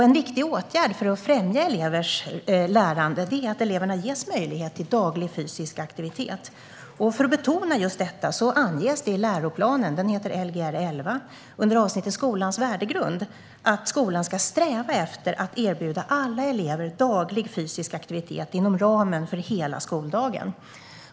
En viktig åtgärd för att främja elevers lärande är att eleverna ges möjlighet till daglig fysisk aktivitet. För att betona detta anges det i läroplanen Lgr 11 under avsnittet om skolans värdegrund att "skolan ska sträva efter att erbjuda alla elever daglig fysisk aktivitet inom ramen för hela skoldagen".